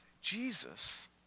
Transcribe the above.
Jesus